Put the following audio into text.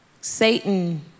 Satan